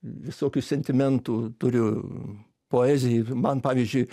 visokių sentimentų turiu poezija man pavyzdžiui